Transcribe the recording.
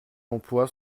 l’emploi